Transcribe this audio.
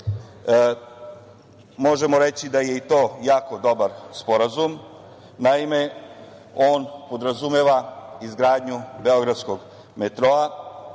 možemo reći da je i to jako dobar sporazum. Naime, on podrazumeva izgradnju Beogradskog metroa